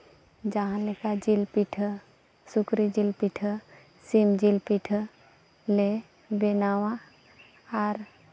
ᱡᱟᱦᱟᱸ ᱞᱮᱠᱟ ᱡᱤᱞ ᱯᱤᱴᱷᱟᱹ ᱥᱩᱠᱨᱤ ᱡᱤᱞ ᱯᱤᱴᱷᱟᱹ ᱥᱤᱢ ᱡᱤᱞ ᱯᱤᱴᱷᱟᱹᱞᱮ ᱵᱮᱱᱟᱣᱟ ᱟᱨ